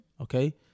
Okay